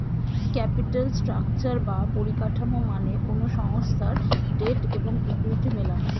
capital structure বা পরিকাঠামো মানে কোনো সংস্থার ডেট এবং ইকুইটি মেলানো